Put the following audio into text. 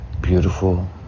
beautiful